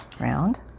round